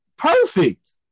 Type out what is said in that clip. Perfect